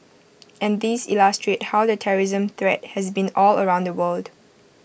and these illustrate how the terrorism threat has been all around the world